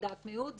לדעת מיעוט,